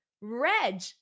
Reg